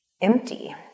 empty